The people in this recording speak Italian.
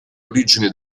origini